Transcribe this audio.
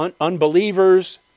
unbelievers